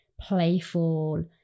playful